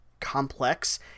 complex